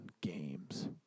games